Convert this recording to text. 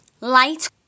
light